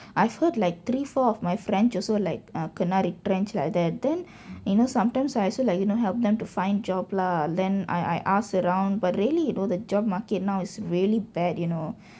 I've heard like three four of my friends also like uh kena retrench like that then you know sometimes I also like you know help them to find job lah then I I ask around but really you know the job market now is really bad you know